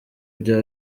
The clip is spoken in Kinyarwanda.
bya